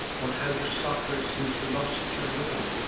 what have you suffer'd since you lost your lord?